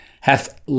hath